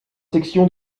sections